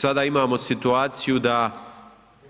Sada imamo situaciju da